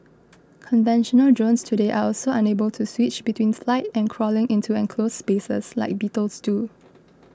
conventional drones today are also unable to switch between flight and crawling into enclosed spaces like beetles do